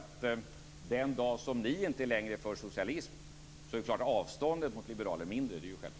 Den dag ni inte längre är för socialism är avståndet mot liberaler självklart mindre.